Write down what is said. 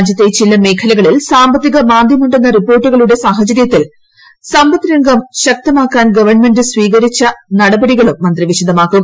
രാജ്യത്തെ ചില മേഖലകളിൽ സാമ്പത്തിക മാന്ദ്യമുടെ ന്ന റിപ്പോർട്ടുകളുടെ സാഹചര്യത്തിൽ സമ്പദ് രംഗം ശക്തമാക്കാൻ ഗവൺമെന്റ് സ്വീകരിച്ച നടപടികളും മന്ത്രി വിശദമാക്കും